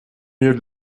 milieu